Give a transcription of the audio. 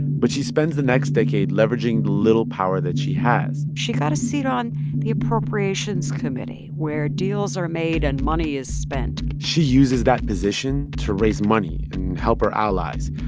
but she spends the next decade leveraging the little power that she has she got a seat on the appropriations committee, where deals are made and money is spent she uses that position to raise money and help her allies.